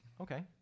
Okay